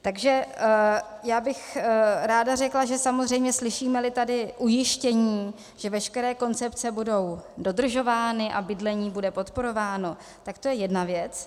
Takže já bych ráda řekla, že samozřejmě slyšímeli tady ujištění, že veškeré koncepce budou dodržovány a bydlení bude podporováno, tak to je jedna věc.